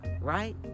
Right